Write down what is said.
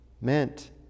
meant